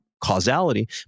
Causality